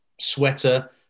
sweater